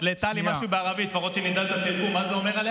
מה קרה?